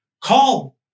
Call